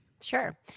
Sure